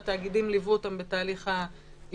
והתאגידים ליוו אותם בתהליך ההשתחררות